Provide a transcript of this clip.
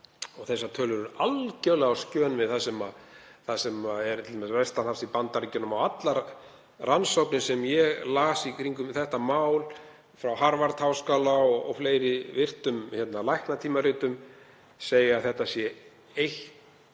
og þær tölur eru algjörlega á skjön við það sem er t.d. í Bandaríkjunum. Allar rannsóknir sem ég las í kringum þetta mál, frá Harvard-háskóla og fleiri virtum læknatímaritum, segja að þetta sé eitt